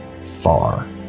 far